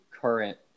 current